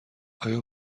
آیا